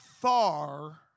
far